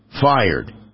fired